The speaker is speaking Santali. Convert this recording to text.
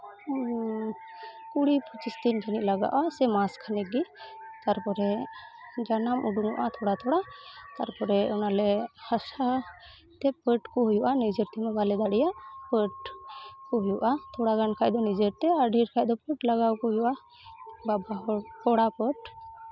ᱠᱩᱲᱤ ᱯᱚᱸᱪᱤᱥ ᱫᱤᱱ ᱦᱟᱹᱨᱤᱡ ᱞᱟᱜᱟᱜᱼᱟ ᱥᱮ ᱢᱟᱥ ᱠᱷᱟᱱᱤᱠ ᱜᱮ ᱛᱟᱨᱯᱚᱨᱮ ᱡᱟᱱᱟᱢ ᱩᱰᱩᱠᱚᱜᱼᱟ ᱛᱷᱚᱲᱟ ᱛᱷᱚᱲᱟ ᱛᱟᱨᱯᱚᱨᱮ ᱚᱱᱟᱞᱮ ᱦᱟᱥᱟ ᱛᱮ ᱯᱩᱴ ᱠᱚ ᱦᱩᱭᱩᱜᱼᱟ ᱱᱤᱡᱮ ᱛᱮᱢᱟ ᱵᱟᱞᱮ ᱫᱟᱲᱮᱭᱟᱜ ᱯᱩᱴ ᱠᱚ ᱦᱩᱭᱩᱜᱼᱟ ᱛᱷᱚᱲᱟ ᱜᱟᱱ ᱠᱷᱟᱡ ᱫᱚ ᱱᱤᱡᱮ ᱛᱮ ᱟᱨ ᱰᱷᱮᱨ ᱠᱷᱟᱡ ᱫᱚ ᱯᱩᱴ ᱞᱟᱜᱟᱣ ᱠᱚ ᱦᱩᱭᱩᱜᱼᱟ ᱵᱟᱵᱟ ᱦᱚᱲ ᱠᱚᱲᱟ ᱯᱩᱴ